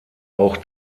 auch